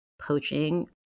poaching